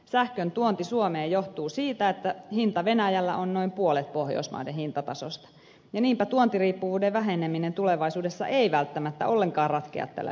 sähköntuonti suomeen johtuu siitä että hinta venäjällä on noin puolet pohjoismaiden hintatasosta ja niinpä tuontiriippuvuuden väheneminen tulevaisuudessa ei välttämättä ollenkaan ratkea tällä lisäydinvoiman rakentamisella